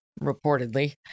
reportedly